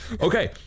Okay